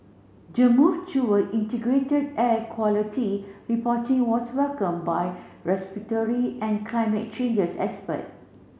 the move toward integrated air quality reporting was welcomed by respiratory and climate changes expert